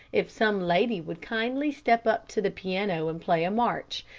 if some lady would kindly step up to the piano and play a march.